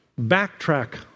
Backtrack